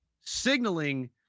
signaling